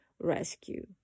rescue